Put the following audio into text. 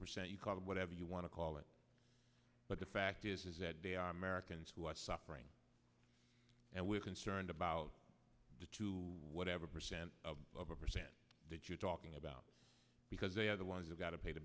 percent you call them whatever you want to call it but the fact is that they are americans who are suffering and we're concerned about the two whatever percent of of a percent that you're talking about because they are the ones who got to pay the